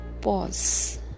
pause